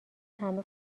همه